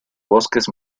bosques